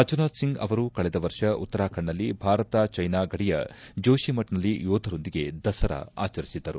ರಾಜನಾಥ್ ಸಿಂಗ್ ಅವರು ಕಳೆದ ವರ್ಷ ಉತ್ತರಖಂಡ್ನಲ್ಲಿ ಭಾರತ ಚ್ಲೆನಾ ಗಡಿಯ ಜೋಶಿಮಠ್ನಲ್ಲಿ ಯೋಧರೊಂದಿಗೆ ದಸರಾ ಆಚರಿಸಿದ್ದರು